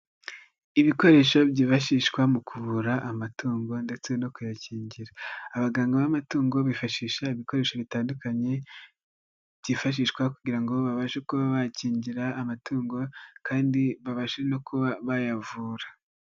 Ibikoresho byifashishwa mu kuvura amatungo ndetse no kuyakingira. Abaganga b'amatungo bifashisha ibikoresho bitandukanye byifashishwa kugira ngo babashe kuba bakingira amatungo kandi babashe no kuba bayavura.